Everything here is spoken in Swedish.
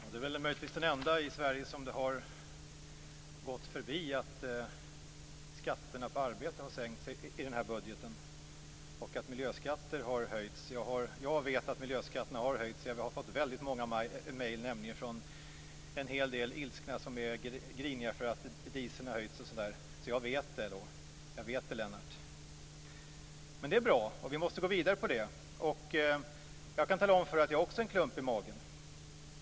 Fru talman! Lennart Daléus är möjligen den enda i Sverige som det har gått förbi att skatterna på arbete har sänkts i den här budgeten och att miljöskatterna har höjts. Jag vet att miljöskatterna har höjts. Vi har fått väldigt många mejl från en hel del ilskna människor som är griniga därför att priset på diesel har höjts osv. Jag vet alltså det, Lennart Daléus. Men det är bra, och vi måste gå vidare med detta. Jag kan tala om för Lennart Daléus att jag också har en klump i magen.